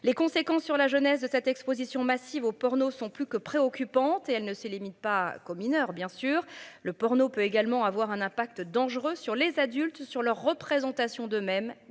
Les conséquences sur la jeunesse de cette Exposition massive au porno sont plus que préoccupante et elle ne se limite pas qu'aux mineurs bien sûr le porno peut également avoir un impact dangereux sur les adultes sur leur représentation de même